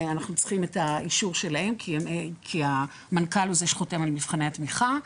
אנחנו צריכים את האישור שלהם כי המנכ"ל הוא זה שחותם על מבחני התמיכה.